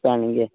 सांडगे